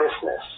business